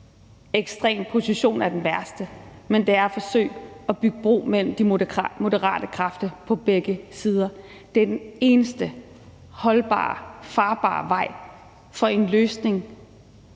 ekstrem position der er den værste, men at det er at forsøge at bygge bro mellem de moderate kræfter på begge sider. Det er den eneste holdbare, farbare vej for en løsning